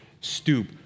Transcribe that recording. stoop